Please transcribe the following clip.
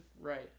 Right